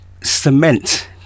cement